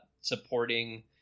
supporting